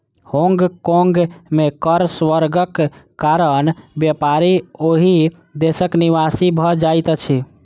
Hong Kong में कर स्वर्गक कारण व्यापारी ओहि देशक निवासी भ जाइत अछिं